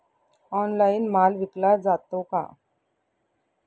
Online माल विकला जातो का?